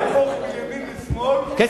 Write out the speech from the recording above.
תהפוך מימין לשמאל ואין קלקולים.